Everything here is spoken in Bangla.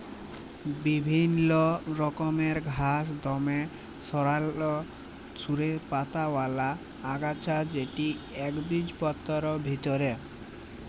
বিভিল্ল্য রকমের ঘাঁস দমে সাধারল সরু পাতাআওলা আগাছা যেট ইকবিজপত্রের ভিতরে